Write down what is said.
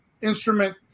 instrument